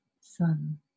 sun